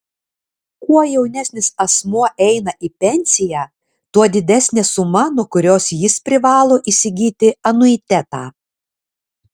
kuo jaunesnis asmuo eina į pensiją tuo didesnė suma nuo kurios jis privalo įsigyti anuitetą